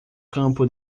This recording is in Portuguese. campo